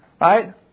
Right